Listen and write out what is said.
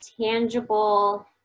tangible